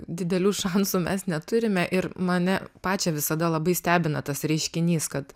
didelių šansų mes neturime ir mane pačią visada labai stebina tas reiškinys kad